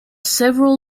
several